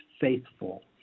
faithful